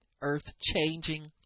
Earth-changing